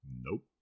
Nope